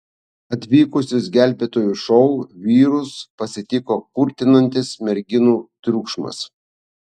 atvykusius gelbėtojų šou vyrus pasitiko kurtinantis merginų triukšmas